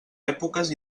èpoques